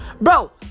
Bro